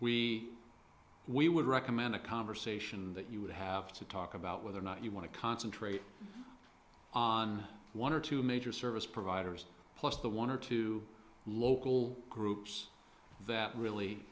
we we would recommend a conversation that you would have to talk about whether or not you want to concentrate on one or two major service providers plus the one or two local groups that really